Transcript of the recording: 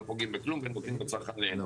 לא פוגעים בכלום ונותנים לצרכנים.